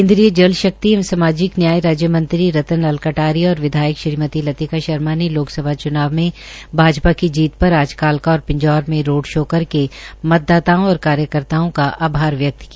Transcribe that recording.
केन्द्रीय जल शक्ति एवं सामाजिक न्याय राज्य मंत्री रतन लाल कटारिया और विधायक श्रीमती लतिका शर्मा ने लोक सभा चुनाव में भाजपा की जीत पर आज कालका और पिंजौर में रोड शो करके मतदाताओं और कार्यकर्ताओं का आभार व्यक्त किया